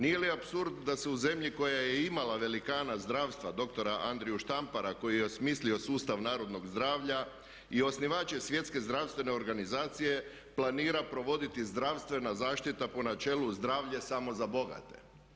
Nije li apsurd da se u zemlji koja je imala velikana zdravstva doktora Andriju Štampara koji je osmislio sustav narodnog zdravlja i osnivač je Svjetske zdravstvene organizacije planira provoditi zdravstvena zaštita po načelu zdravlje samo za bogate?